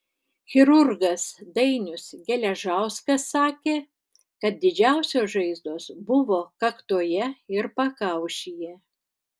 chirurgas dainius geležauskas sakė kad didžiausios žaizdos buvo kaktoje ir pakaušyje